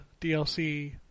DLC